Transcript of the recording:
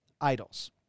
idols